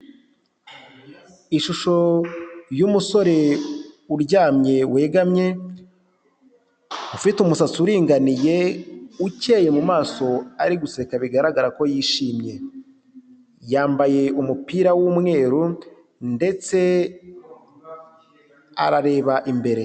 Ishusho y'umusore uryamye wegamye, ufite umusatsi uringaniye, ukeye mumaso, ari guseka bigaragara ko yishimye, yambaye umupira w'umweru ndetse arareba imbere.